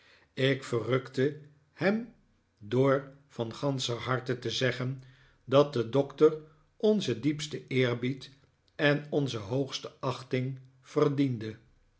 ik verrukte hem door vpti ganscher harte te zeggen dat de doctor onzen diepsten eerbied en onze hoogste achting verdiende